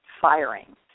firing